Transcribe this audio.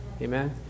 amen